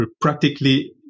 practically